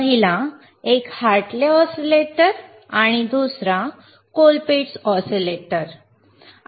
पहिला एक Hartley oscillator होता आणि दुसरा कोलपिट्स ऑसीलेटर होता